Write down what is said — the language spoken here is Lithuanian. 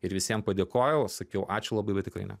ir visiem padėkojau sakiau ačiū labai bet tikrai ne